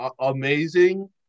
amazing